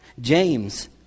James